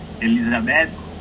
Elizabeth